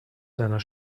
seiner